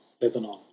lebanon